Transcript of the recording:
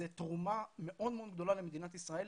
זו תרומה מאוד מאוד גדולה למדינת ישראל,